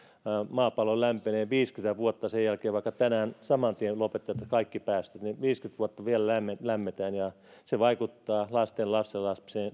maapallo lämpenee viisikymmentä vuotta sen jälkeenkin vaikka tänään saman tien lopetettaisiin kaikki päästöt niin viisikymmentä vuotta vielä lämmetään ja se vaikuttaa lasten lastenlapsien